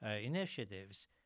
initiatives